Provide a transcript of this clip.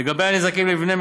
לגבי הנזקים למבנים,